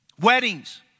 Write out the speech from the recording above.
weddings